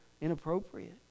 inappropriate